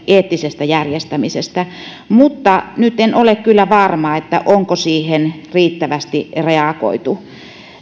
eettisestä järjestämisestä mutta en nyt kyllä ole varma onko siihen riittävästi reagoitu